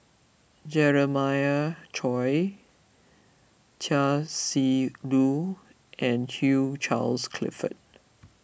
Jeremiah Choy Chia Shi Lu and Hugh Charles Clifford